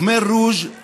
הקמר רוז' בקיצור,